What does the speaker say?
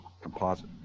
composite